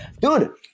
Dude